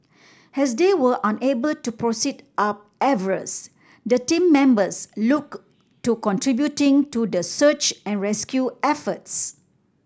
as they were unable to proceed up Everest the team members looked to contributing to the search and rescue efforts